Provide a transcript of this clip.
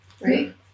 Right